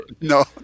No